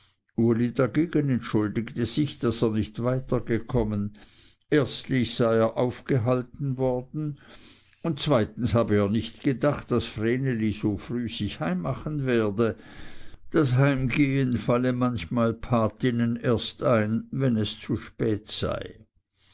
dagegen entschuldigte sich daß er nicht weiter gekommen erstlich sei er aufgehalten worden und zweitens habe er nicht gedacht daß vreneli so früh sich heimmachen werde das heimgehen falle manchmal gotten erst ein wenn es zu spät sei